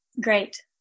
Great